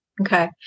Okay